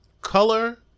color